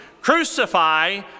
crucify